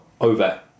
over